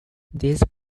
these